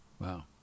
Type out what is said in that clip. Wow